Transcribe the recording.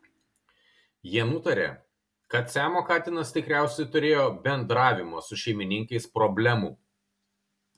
jie nutarė kad siamo katinas tikriausiai turėjo bendravimo su šeimininkais problemų